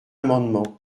amendement